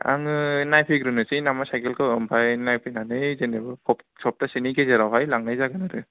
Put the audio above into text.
आङो नायफैग्रोनोसै नामा साइकेलखौ ओमफ्राय नायफैनानै जेनेबा सफ्थासेनि गेजेरावहाय लांनाय जागोन आरो